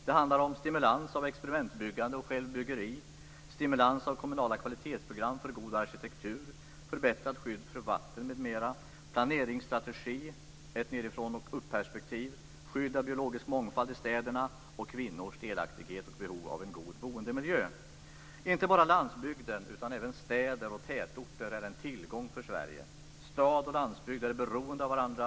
Det handlar om - planeringsstrategi med ett nedifrån-och-uppperspektiv Inte bara landsbygden utan även städer och tätorter är en tillgång för Sverige. Stad och landsbygd är beroende av varandra.